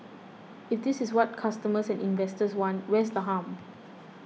if this is what customers and investors want where's the harm